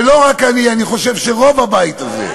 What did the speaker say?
ולא רק אני, אני חושב שרוב הבית הזה.